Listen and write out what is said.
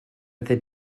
iddi